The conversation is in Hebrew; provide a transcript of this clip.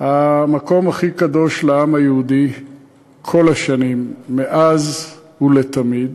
המקום הכי קדוש לעם היהודי כל השנים מאז ולתמיד